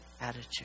attitude